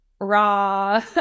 raw